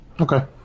Okay